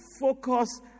focus